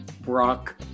Brock